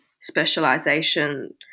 specialization